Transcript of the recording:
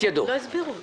עוד לא הסבירו אותה.